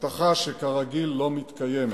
הבטחה שכרגיל לא מתקיימת.